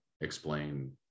explain